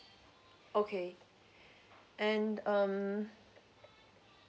okay and um